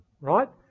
Right